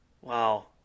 Wow